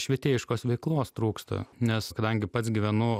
švietėjiškos veiklos trūksta nes kadangi pats gyvenu